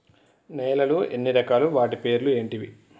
నేలలు ఎన్ని రకాలు? వాటి పేర్లు ఏంటివి?